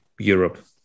Europe